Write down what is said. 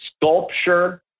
sculpture